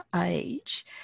age